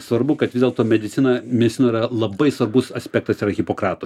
svarbu kad vis dėlto medicina medicinoj yra labai svarbus aspektas yra hipokrato